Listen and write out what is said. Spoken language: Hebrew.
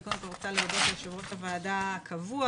אני קודם כל רוצה להודות ליושב-ראש הוועדה הקבוע,